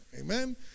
Amen